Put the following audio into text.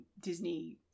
Disney